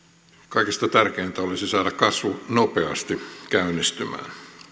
kaikista tärkeintä olisi saada kasvu nopeasti käynnistymään